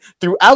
throughout